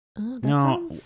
No